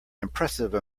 impressive